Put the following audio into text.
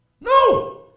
No